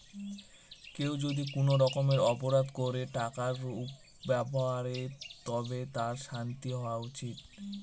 কেউ যদি কোনো রকমের অপরাধ করে টাকার ব্যাপারে তবে তার শাস্তি হওয়া উচিত